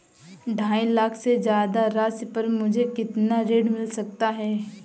ढाई लाख से ज्यादा राशि पर मुझे कितना ऋण मिल सकता है?